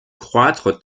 croître